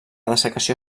dessecació